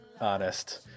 honest